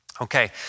Okay